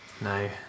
No